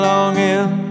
Longing